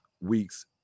week's